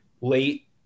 late